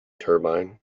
turbine